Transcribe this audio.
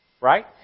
Right